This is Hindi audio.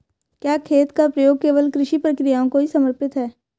क्या खेत का प्रयोग केवल कृषि प्रक्रियाओं को ही समर्पित है?